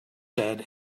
said